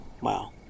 Wow